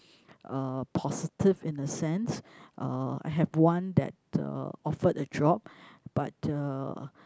uh positive in a sense uh I have one that uh offered a job but uh